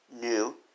New